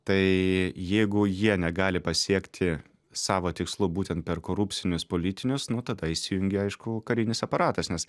tai jeigu jie negali pasiekti savo tikslų būtent per korupcinius politinius nu tada įsijungia aišku karinis aparatas nes